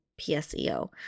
PSEO